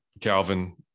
Calvin